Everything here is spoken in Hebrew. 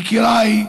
יקיריי,